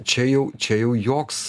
čia jau čia jau joks